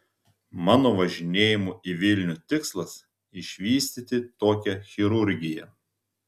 mano važinėjimų į vilnių tikslas išvystyti tokią chirurgiją